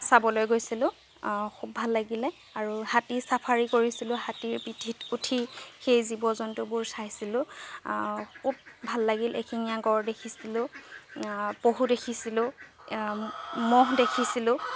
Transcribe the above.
চাবলৈ গৈছিলো খুব ভাল লাগিলে আৰু হাতী চাফাৰী কৰিছিলো হাতীৰ পিঠিত উঠি সেই জীৱ জন্তুবোৰ চাইছিলো খুব ভাল লাগিল এশিঙীয়া গড় দেখিছিলো পহু দেখিছিলো ম'হ দেখিছিলো